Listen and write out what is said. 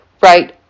right